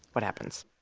what happens?